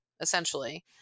essentially